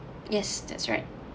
yes that's right